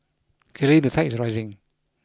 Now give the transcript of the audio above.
clearly the tide is rising